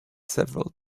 several